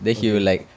okay